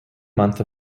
month